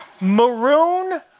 Maroon